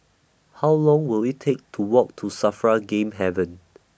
How Long Will IT Take to Walk to SAFRA Game Haven